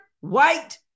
white